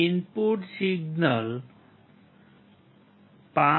input signal 5